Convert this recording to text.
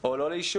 או לא לאישור.